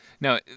Now